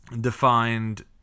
defined